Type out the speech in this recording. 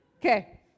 Okay